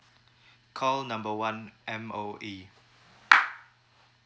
call number one M_O_E